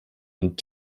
und